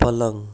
पलङ